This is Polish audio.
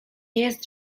jest